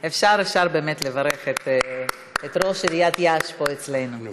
אפשר באמת לברך את ראש עיריית יאש פה אצלנו.